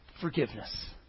forgiveness